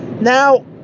Now